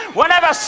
whenever